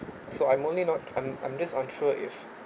so I'm only not I'm I'm just unsure if